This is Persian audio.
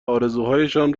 آرزوهایشان